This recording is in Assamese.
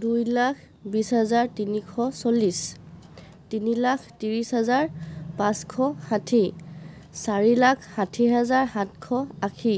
দুই লাখ বিছ হাজাৰ তিনিশ চল্লিছ তিনি লাখ ত্ৰিছ হাজাৰ পাঁচশ ষাঠি চাৰি লাখ ষাঠি হাজাৰ সাতশ আশী